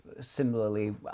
similarly